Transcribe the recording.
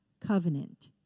covenant